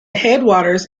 headwaters